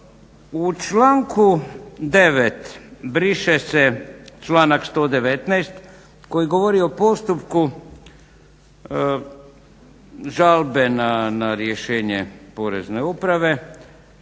U članku 9. briše se članak 119. koji govori o postupku žalbe na rješenje Porezne uprave.